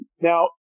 Now